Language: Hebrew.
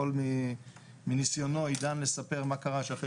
יכול מניסיונו עידן לספר מה קרה שאחרי